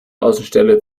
außenstelle